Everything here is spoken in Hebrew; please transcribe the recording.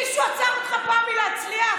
מישהו עצר אותך פעם מלהצליח?